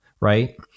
right